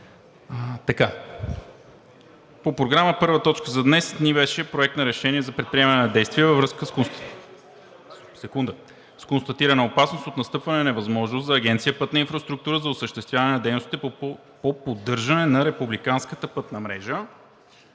да гласуваме като точка Проект на мораториум за непредприемане на действия във връзка с констатирана опасност от настъпване на възможност на Агенция „Пътна инфраструктура“ за осъществяване на дейностите по поддържане на републиканската пътна мрежа.